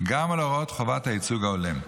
גם על הוראות חובת הייצוג ההולם.